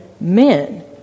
men